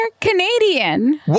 Canadian